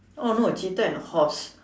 oh no cheetah and horse